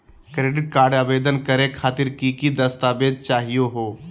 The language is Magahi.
क्रेडिट कार्ड आवेदन करे खातिर की की दस्तावेज चाहीयो हो?